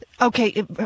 Okay